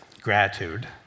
gratitude